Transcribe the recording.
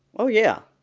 oh, yeah,